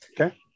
Okay